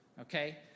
okay